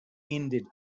ended